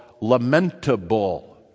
lamentable